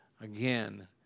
again